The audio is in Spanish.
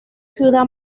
ciudad